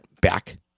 back